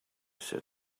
said